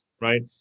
right